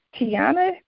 Tiana